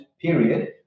period